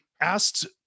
asked